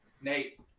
Nate